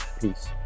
peace